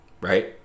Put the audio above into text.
Right